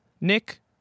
Nick